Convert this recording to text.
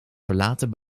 verlaten